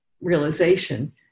realization